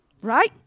right